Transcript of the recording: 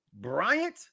Bryant